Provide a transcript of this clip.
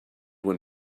when